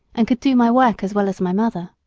and could do my work as well as my mother.